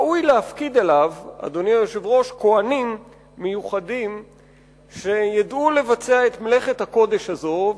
שראוי להפקיד עליו כוהנים מיוחדים שידעו לבצע את מלאכת הקודש הזאת,